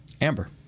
Amber